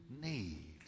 need